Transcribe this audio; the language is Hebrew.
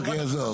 אוקיי, עזוב.